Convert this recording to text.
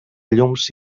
llums